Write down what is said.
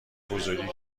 فضولی